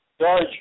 George